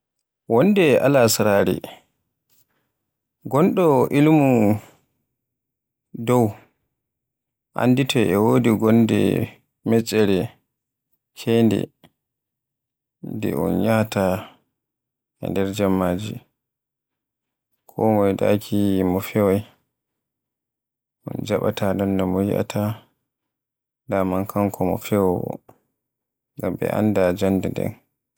Wonde alasarare ngoɗɗo mo ilmu dow, anditi e wodi gonde metkere keynde, nde un yahaata e der jemmaji. Komoye daaki yi mo feway, un jaaɓata non no mo yi'ata, daman kanko me fewowo, ngam ɓe annda jannde den.